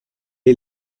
est